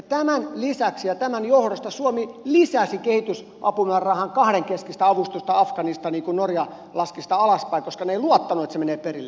tämän lisäksi ja tämän johdosta suomi lisäsi kehitysapumäärärahan kahdenkeskistä avustusta afganistaniin kun norja laski sitä alaspäin koska he eivät luottaneet että se menee perille